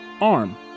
arm